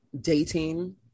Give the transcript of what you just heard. dating